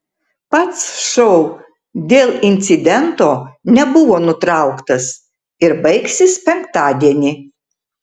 pats šou dėl incidento nebuvo nutrauktas ir baigsis penktadienį